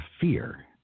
fear